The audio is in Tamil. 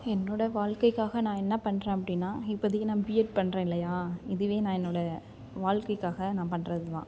என்னோடய வாழ்க்கைக்காக நான் என்ன பண்ணுறேன் அப்படின்னா இப்போதிக்கி நான் பிஎட் பண்றேன் இல்லையா இதுவே நான் என்னோட வாழ்க்கைக்காக நான் பண்ணுறது தான்